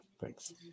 Thanks